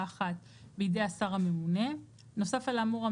(1) בידי השר הממונה; נוסף על האמור,